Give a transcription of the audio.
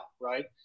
right